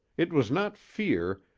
it was not fear,